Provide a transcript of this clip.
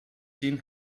seen